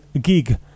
gig